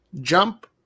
jump